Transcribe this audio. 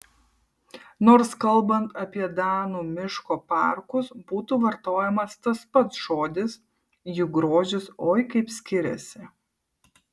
nors kalbant apie danų miško parkus būtų vartojamas tas pats žodis jų grožis oi kaip skiriasi